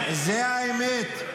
זו האמת.